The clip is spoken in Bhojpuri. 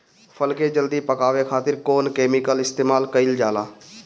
फल के जल्दी पकावे खातिर कौन केमिकल इस्तेमाल कईल जाला?